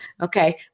okay